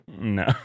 No